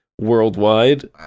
worldwide